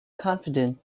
confident